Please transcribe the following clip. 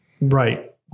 Right